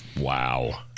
Wow